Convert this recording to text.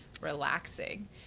relaxing